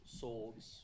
swords